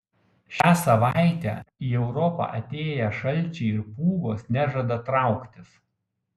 šią savaitę į europą atėję šalčiai ir pūgos nežada trauktis